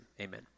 amen